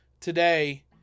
today